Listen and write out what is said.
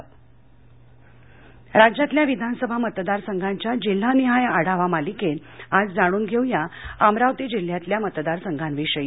intro राज्यातल्या विधानसभा मतदारसंघांच्या जिल्हानिहाय आढावा मालिकेत आज जाणून घेऊया अमरावती जिल्ह्यातील मतदारसंघाविषयी